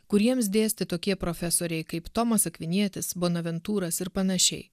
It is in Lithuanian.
kuriems dėstė tokie profesoriai kaip tomas akvinietis bon aventūras ir panašiai